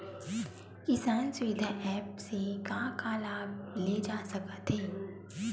किसान सुविधा एप्प से का का लाभ ले जा सकत हे?